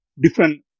different